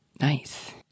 nice